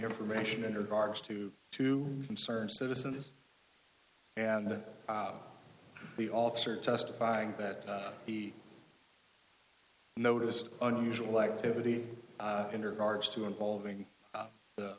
information in regards to to concerned citizens and the officer testifying that he noticed unusual activity in regards to involving the